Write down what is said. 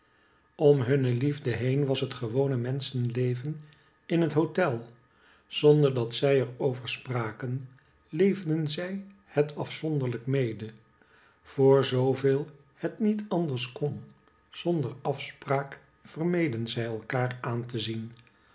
om hunne hefde heen was het gewone menschen leven in het hotel zonder dat zij er over spraken leefden zij het afzonderhjk mede voor zoo veel het niet anders kon zonder afspraak vermeden zij elkaar aan te zien